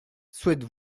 souhaite